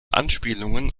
anspielungen